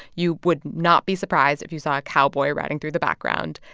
you would not be surprised if you saw a cowboy riding through the background.